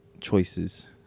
choices